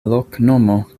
loknomo